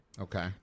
Okay